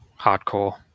hardcore